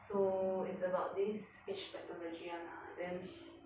so it's about this speech pathology [one] lah then